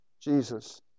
Jesus